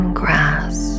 grass